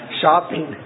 shopping